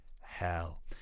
hell